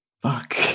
Fuck